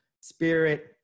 spirit